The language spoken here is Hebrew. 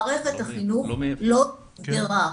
מערכת החינוך לא נסגרה.